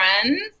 friends